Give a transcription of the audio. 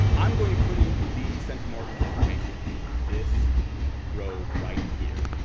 i'm going to put in the centimorgans information in this row right here.